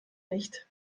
nicht